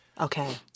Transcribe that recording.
Okay